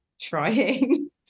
trying